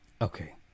Okay